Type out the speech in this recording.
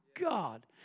God